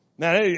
Now